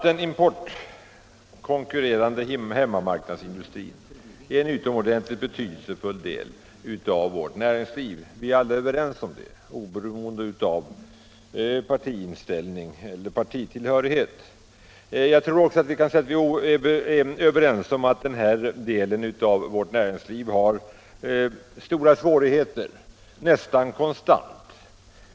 Den importkonkurrerande hemmamarknadsindustrin är en utomordentligt betydelsefull del av vårt näringsliv. Vi är alla överens om det, oberoende av partitillhörighet. Jag tror också att vi kan säga att vi är överens om att den här delen av vårt näringsliv har stora svårigheter, nästan konstant.